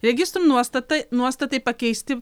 registrų nuostatai nuostatai pakeisti